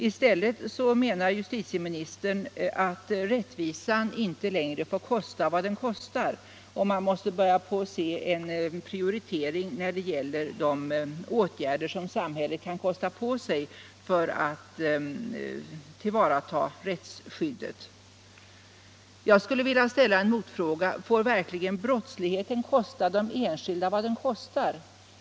I stället menar justitieministern att rättvisan inte längre får kosta vad den kostar. Man måste börja med en prioritering av de åtgärder som samhället kan kosta på sig för att tillvarata rättsskyddet. Jag skulle vilja ställa en motfråga: Får verkligen brottsligheten kosta de enskilda vad den kostar?